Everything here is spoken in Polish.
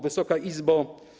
Wysoka Izbo!